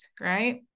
right